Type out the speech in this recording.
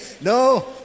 No